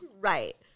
Right